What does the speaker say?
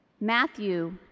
Matthew